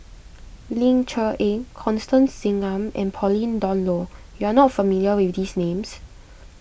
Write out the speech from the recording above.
Ling Cher Eng Constance Singam and Pauline Dawn Loh you are not familiar with these names